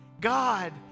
God